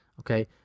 Okay